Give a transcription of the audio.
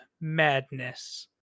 madness